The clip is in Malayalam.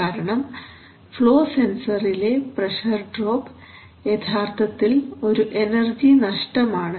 കാരണം ഫ്ലോ സെൻസറിലെ പ്രഷർ ഡ്രോപ്പ് യഥാർത്ഥത്തിൽ ഒരു എനർജി നഷ്ടമാണ്